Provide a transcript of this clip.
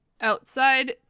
outside